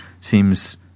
seems